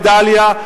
בדאליה,